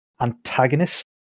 antagonist